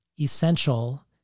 essential